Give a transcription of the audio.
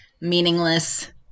Meaningless